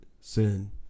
sin